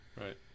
right